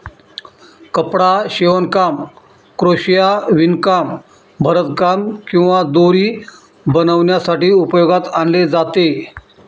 कपडा शिवणकाम, क्रोशिया, विणकाम, भरतकाम किंवा दोरी बनवण्यासाठी उपयोगात आणले जाते